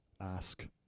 ask